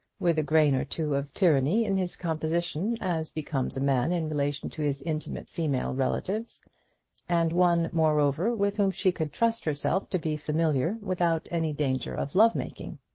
with a grain or two of tyranny in his composition as becomes a man in relation to his intimate female relatives and one, moreover, with whom she could trust herself to be familiar without any danger of love-making!